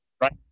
right